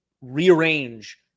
rearrange